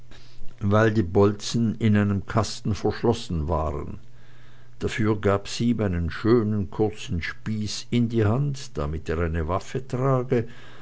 weil die bolzen in einem kasten verschlossen waren dafür gab sie ihm einen schönen kurzen spieß in die hand damit er eine waffe trage